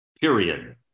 period